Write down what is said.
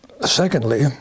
secondly